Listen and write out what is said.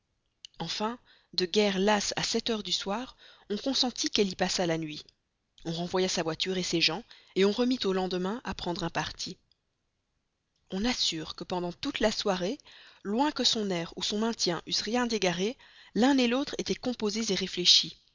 enfin de guerre lasse à sept heures du soir on consentit à ce qu'elle y passât la nuit on renvoya sa voiture ses gens on remit au lendemain à prendre un parti on assure que pendant toute la soirée loin que son air ou son maintien eussent rien d'égaré l'un l'autre étaient composés réfléchis